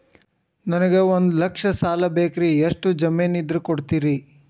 ನನಗೆ ಒಂದು ಲಕ್ಷ ಸಾಲ ಬೇಕ್ರಿ ಎಷ್ಟು ಜಮೇನ್ ಇದ್ರ ಕೊಡ್ತೇರಿ?